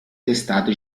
testate